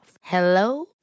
Hello